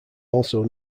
also